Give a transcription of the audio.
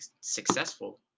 successful